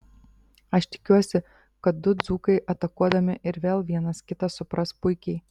aš tikiuosi kad du dzūkai atakuodami ir vėl vienas kitą supras puikiai